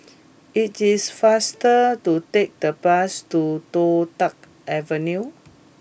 it is faster to take the bus to Toh Tuck Avenue